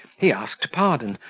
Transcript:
he asked pardon,